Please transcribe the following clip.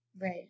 Right